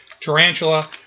Tarantula